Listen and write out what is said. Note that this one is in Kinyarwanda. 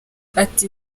ati